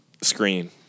screen